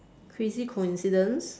crazy coincidence